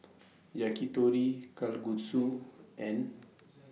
Yakitori Kalguksu and